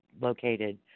located